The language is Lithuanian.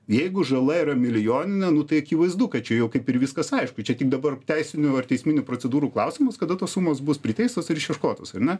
jeigu žala yra milijoninė tai akivaizdu kad čia jau kaip ir viskas aišku čia tik dabar teisinių ar teisminių procedūrų klausimas kada tos sumos bus priteistos ir išieškotos ar ne